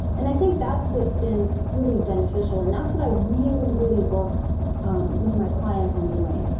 and i think that's what's been really beneficial, and that's what i really, really work um with my clients on doing.